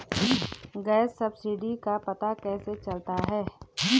Gas subsidy का पता कैसे चलता है?